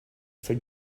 for